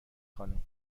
خانم